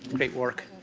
great work.